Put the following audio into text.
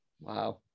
Wow